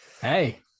Hey